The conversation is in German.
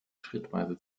schrittweise